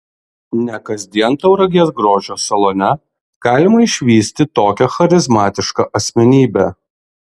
ne kasdien tauragės grožio salone galima išvysti tokią charizmatišką asmenybę